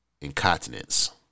incontinence